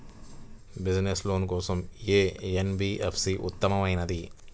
Business loan కోసం ఏ NBFC ఉత్తమమైనది?